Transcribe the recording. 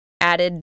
added